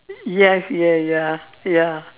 yes yes ya ya